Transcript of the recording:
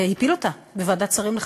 הפיל אותה בוועדת שרים לחקיקה,